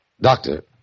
Doctor